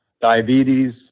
diabetes